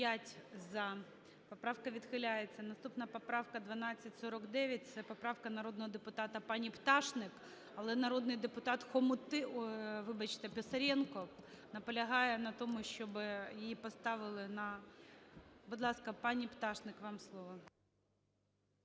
За-5 Поправка відхиляється. Наступна поправка 1249. Це поправка народного депутата пані Пташник. Але народний депутат… вибачте, Писаренко наполягає на тому, щоби її поставили на… Будь ласка, пані Пташник, вам слово.